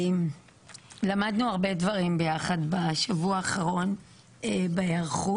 למדנו הרבה דברים ביחד בשבוע האחרון בהיערכות,